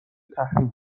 تحریم